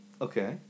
Okay